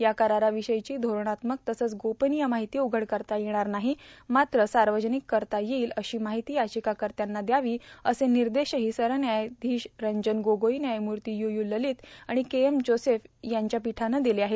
या करार्रावषयीची धोरणात्मक तसंच गोपनीय मार्ाहती उघड करता येणार नाहो मात्र सावर्जानक करता येईल अशी मार्ाहती यांचकाकत्याना दयावी असे र्णनदशही सरन्यायाधीश रंजन गोगोई न्यायमूर्ता यू यू र्लालत आाण के एम जोसेफ यांच्या पीठानं दिले आहेत